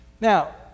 Now